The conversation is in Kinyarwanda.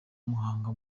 muhanga